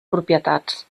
propietats